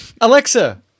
Alexa